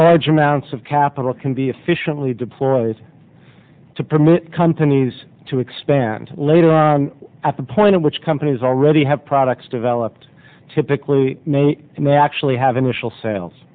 large amounts of capital can be efficiently deployed to permit companies to expand later at the point at which companies already have products developed typically and they actually have initial